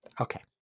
Okay